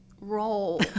roll